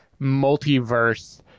multiverse